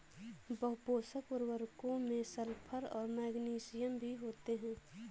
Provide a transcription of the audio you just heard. बहुपोषक उर्वरकों में सल्फर और मैग्नीशियम भी होते हैं